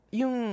yung